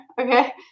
Okay